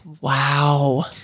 Wow